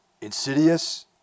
insidious